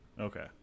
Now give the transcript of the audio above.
Okay